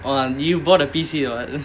oh you bought a P_C or what